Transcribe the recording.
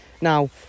now